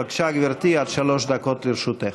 בבקשה, גברתי, עד שלוש דקות לרשותך.